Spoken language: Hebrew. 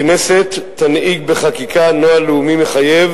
הכנסת תנהיג בחקיקה נוהל לאומי מחייב